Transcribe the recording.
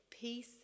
Peace